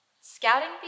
Scouting